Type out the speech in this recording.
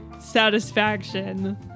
satisfaction